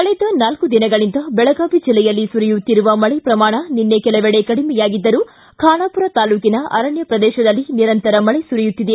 ಕಳೆದ ನಾಲ್ಕು ದಿನಗಳಿಂದ ಬೆಳಗಾವಿ ಜಿಲ್ಲೆಯಲ್ಲಿ ಸುರಿಯುತ್ತಿರುವ ಮಳೆ ಪ್ರಮಾಣ ನಿನ್ನೆ ಕೆಲವೆಡೆ ಕಡಿಮೆಯಾಗಿದ್ದರೂ ಖಾನಾಪೂರ ತಾಲೂಕಿನ ಅರಣ್ಯ ಪ್ರದೇಶದಲ್ಲಿ ನಿರಂತರ ಮಳೆ ಸುರಿಯುತ್ತಿದೆ